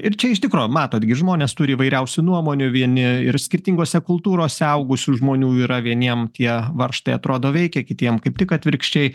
ir čia iš tikro matot gi žmonės turi įvairiausių nuomonių vieni ir skirtingose kultūrose augusių žmonių yra vieniem tie varžtai atrodo veikia kitiem kaip tik atvirkščiai